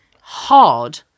hard